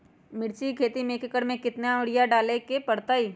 मिर्च के खेती में एक एकर में कितना यूरिया डाले के परतई?